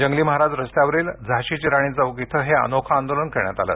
जंगली महाराज रस्त्यावरील झाशीची राणी चौक इथे हे अनोखं आंदोलन करण्यात आलं